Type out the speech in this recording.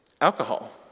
Alcohol